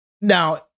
Now